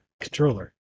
controller